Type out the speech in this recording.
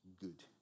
good